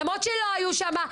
למרות שלא היו שמה.